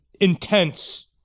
intense